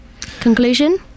Conclusion